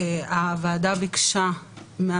אני אמשיך כל יום